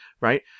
Right